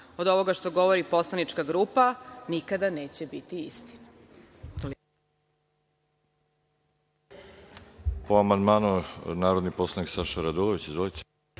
od ovoga što govori poslanička grupa, nikada neće biti istina.